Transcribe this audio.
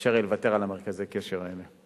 אפשר יהיה לוותר על מרכזי הקשר האלה.